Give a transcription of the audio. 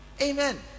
amen